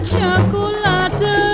Chocolate